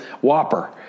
Whopper